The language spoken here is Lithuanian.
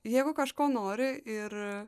jeigu kažko nori ir